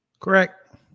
Correct